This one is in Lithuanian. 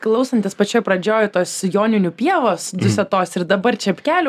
klausantis pačioj pradžioj tos joninių pievos dusėtos ir dabar čepkelių